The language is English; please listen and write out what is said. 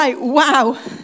wow